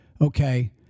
okay